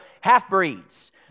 half-breeds